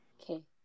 Okay